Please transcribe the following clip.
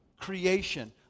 creation